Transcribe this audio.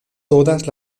todas